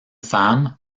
femme